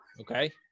Okay